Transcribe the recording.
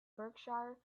berkshire